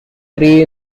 three